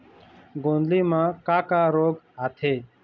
गोंदली म का का रोग आथे?